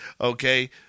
okay